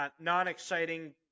non-exciting